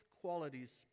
qualities